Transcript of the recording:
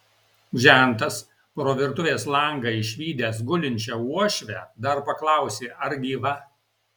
žentas pro virtuvės langą išvydęs gulinčią uošvę dar paklausė ar gyva